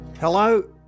Hello